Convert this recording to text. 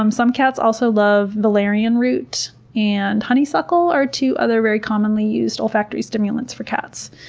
um some cats also love, valerian root and honeysuckle are two other very commonly used olfactory stimulants for cats.